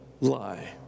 lie